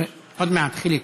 התשע"ח 2018, נתקבל.